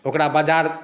ओकरा बाजार